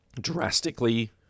drastically